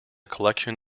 collection